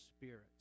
spirits